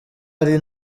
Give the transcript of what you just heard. ari